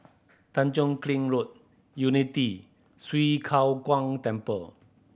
Tanjong Kling Road Unity Swee Kow Kuan Temple